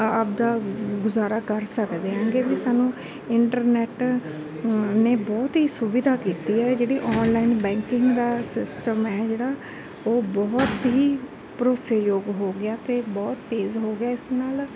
ਆਪਦਾ ਗੁਜ਼ਾਰਾ ਕਰ ਸਕਦੇ ਹੈਗੇ ਵੀ ਸਾਨੂੰ ਇੰਟਰਨੈੱਟ ਨੇ ਬਹੁਤ ਹੀ ਸੁਵਿਧਾ ਕੀਤੀ ਹੈ ਜਿਹੜੀ ਓਨਲਾਈਨ ਬੈਂਕਿੰਗ ਦਾ ਸਿਸਟਮ ਹੈ ਜਿਹੜਾ ਉਹ ਬਹੁਤ ਹੀ ਭਰੋਸੇਯੋਗ ਹੋ ਗਿਆ ਅਤੇ ਬਹੁਤ ਤੇਜ਼ ਹੋ ਗਿਆ ਇਸ ਨਾਲ